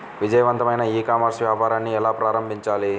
విజయవంతమైన e commerce వ్యాపారాన్ని ఎలా ప్రారంభించాలి?